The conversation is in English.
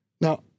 Now